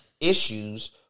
issues